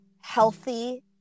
healthy